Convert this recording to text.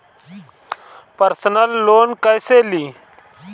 Personal loan कैसे ली?